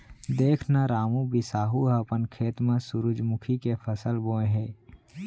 देख न रामू, बिसाहू ह अपन खेत म सुरूजमुखी के फसल बोय हे